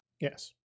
Yes